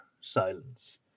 silence